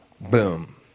Boom